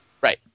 Right